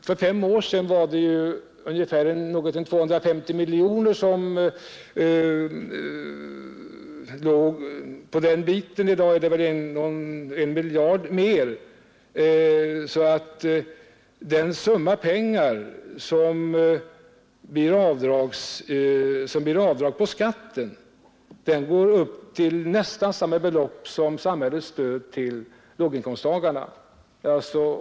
För fem år sedan utgjorde detta ränteavdrag ungefär 250 miljoner. I dag är det 1 miljard mer. Resultatet på skatten blir nästan samma belopp som samhällets stöd till låginkomsttagarna.